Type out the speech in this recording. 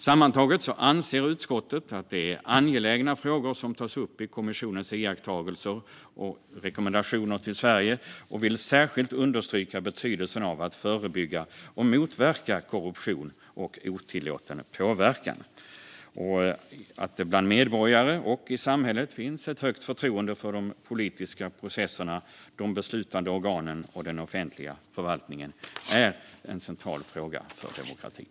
Sammantaget anser utskottet att det är angelägna frågor som tas upp i kommissionens iakttagelser och rekommendationer till Sverige och vill särskilt understryka betydelsen av att förebygga och motverka korruption och otillåten påverkan. Att det bland medborgare och i samhället finns ett stort förtroende för de politiska processerna, de beslutande organen och den offentliga förvaltningen är en central fråga för demokratin.